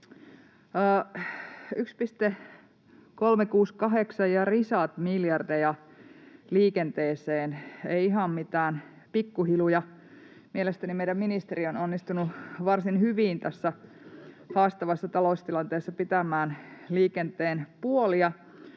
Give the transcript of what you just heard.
1,368 ja risat miljardeja liikenteeseen — ei ihan mitään pikkuhiluja. Mielestäni meidän ministeri on onnistunut varsin hyvin tässä haastavassa taloustilanteessa pitämään liikenteen puolia.